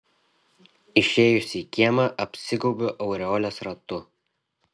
išėjusi į kiemą apsigaubiu aureolės ratu